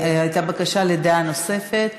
הייתה בקשה לדעה נוספת